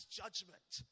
judgment